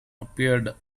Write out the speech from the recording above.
appeared